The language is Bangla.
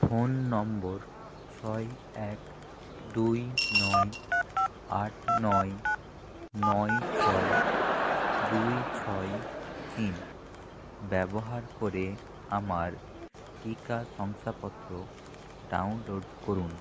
ফোন নম্বর ছয় এক দুই নয় আট নয় নয় ছয় দুই ছয় তিন ব্যবহার করে আমার টিকা শংসাপত্র ডাউনলোড করুন